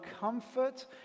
comfort